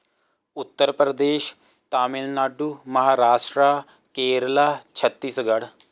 Uttar Pradesh Tamil Nadu Maharashtra Kerala Chhattisgarh